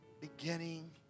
beginning